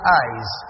eyes